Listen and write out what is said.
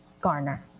garner